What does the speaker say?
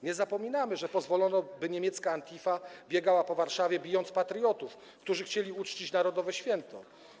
Nie zapominajmy, że pozwolono, by niemiecka Antifa biegała po Warszawie, bijąc patriotów, którzy chcieli uczcić narodowe święto.